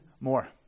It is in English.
more